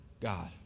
God